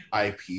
ip